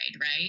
right